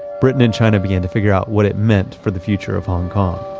britain and china began to figure out what it meant for the future of hong kong.